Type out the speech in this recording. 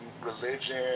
religion